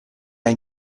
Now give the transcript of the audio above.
hai